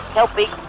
helping